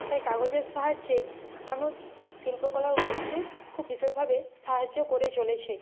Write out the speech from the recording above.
তাই কাগজের সাহায্যেই মানুষ শিল্পকলার উন্নতিতে খুব বিশেষভাবে সাহায্য করে চলেছে